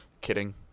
kidding